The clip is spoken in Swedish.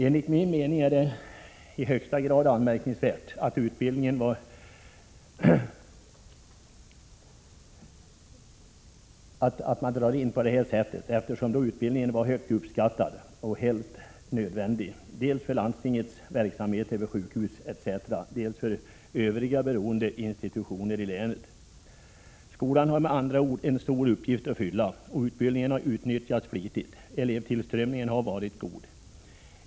Enligt min mening är det i högsta grad anmärkningsvärt att utbildningen på detta sätt dras in, eftersom utbildningen varit högt uppskattad och helt nödvändig, dels för landstingets verksamhet vid sjukhus etc. , dels för övriga berörda institutioner i länet. Skolan har med andra ord en stor uppgift att fylla. Utbildningen har utnyttjats flitigt. Elevtillströmningen har varit god.